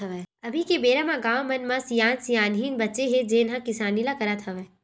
अभी के बेरा म गाँव मन म सियान सियनहिन बाचे हे जेन ह किसानी ल करत हवय